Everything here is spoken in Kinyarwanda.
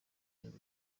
kandi